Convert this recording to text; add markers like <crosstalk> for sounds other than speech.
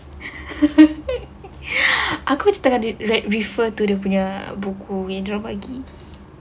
<laughs> aku macam tengah read like refer to dia punya book intro bagi